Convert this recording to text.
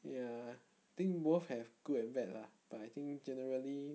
ya I think both have good and bad lah but I think generally